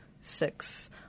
six